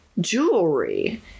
jewelry